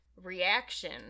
reaction